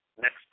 next